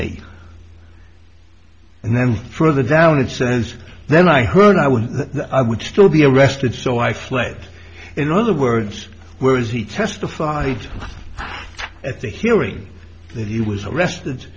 me and then further down and since then i heard i would i would still be arrested so i fled in other words where is he testified at the hearing that he was arrested